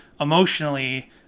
emotionally